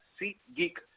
SeatGeek